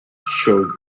shows